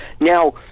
Now